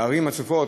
בערים הצפופות.